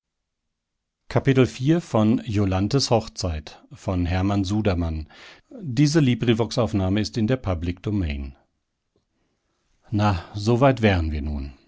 na so weit wären wir nun